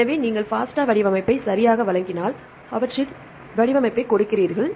எனவே நீங்கள் FASTA வடிவமைப்பை சரியாக வழங்கினால் அவற்றின் வடிவமைப்பைக் கொடுக்கிறீர்கள்